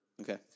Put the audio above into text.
Okay